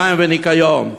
מים וניקיון?